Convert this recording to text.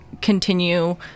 continue